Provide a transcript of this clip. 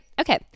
Okay